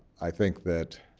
i think that